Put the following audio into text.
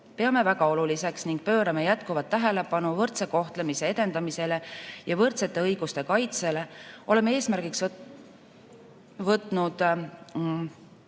Peame väga oluliseks ning pöörame jätkuvalt tähelepanu võrdse kohtlemise edendamisele ja võrdsete õiguste kaitsele. Oleme eesmärgiks võtnud